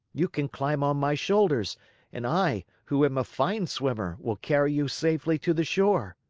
you can climb on my shoulders and i, who am a fine swimmer, will carry you safely to the shore.